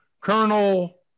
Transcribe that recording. Colonel